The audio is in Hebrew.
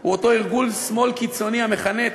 הוא אותו ארגון שמאל קיצוני המכנה את